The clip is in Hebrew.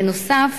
בנוסף,